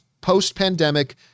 post-pandemic